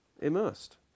immersed